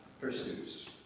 pursues